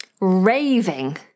raving